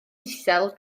isel